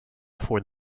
for